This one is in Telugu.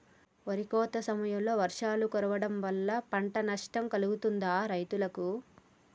వరి కోత సమయంలో వర్షాలు పడటం వల్ల పంట నష్టం కలుగుతదా రైతులకు?